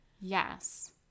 Yes